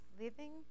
living